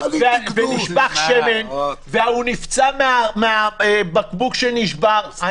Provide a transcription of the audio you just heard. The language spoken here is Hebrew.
ונשפך שמן, הוא נפצע מהבקבוק שנשבר.